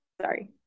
Sorry